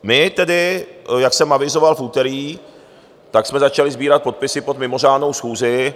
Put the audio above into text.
My tedy, jak jsem avizoval v úterý, jsme začali sbírat podpisy pod mimořádnou schůzi.